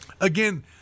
again